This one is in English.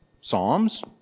Psalms